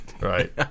Right